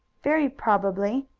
very probably,